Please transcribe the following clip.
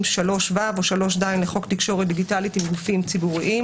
3ו או 3ז לחווק תקשורת דיגיטלית עם גופים ציבוריים".